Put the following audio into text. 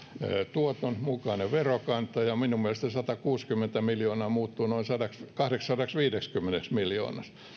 tuoton mukainen verokanta ja minun mielestäni satakuusikymmentä miljoonaa muuttuu noin kahdeksisadaksiviideksikymmeneksi miljoonaksi